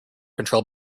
control